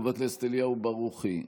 חבר הכנסת אליהו ברוכי,